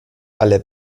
alle